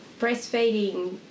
breastfeeding